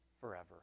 forever